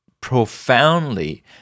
profoundly